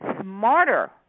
smarter